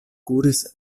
kuris